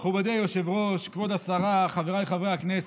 מכובדי היושב-ראש, כבוד השרה, חבריי חברי הכנסת,